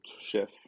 chef